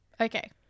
Okay